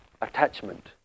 attachment